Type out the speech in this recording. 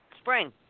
Spring